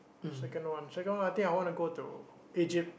second one second I think I wanna go to Egypt